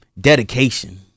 dedication